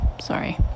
Sorry